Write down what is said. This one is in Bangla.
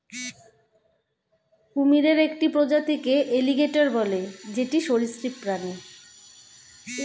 কুমিরের একটি প্রজাতিকে এলিগেটের বলে যেটি সরীসৃপ প্রাণী